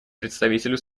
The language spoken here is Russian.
представителю